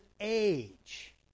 age